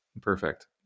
Perfect